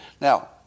Now